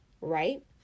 right